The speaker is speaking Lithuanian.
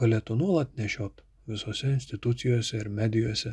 galėtų nuolat nešiot visose institucijose ir medijose